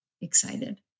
excited